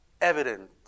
evident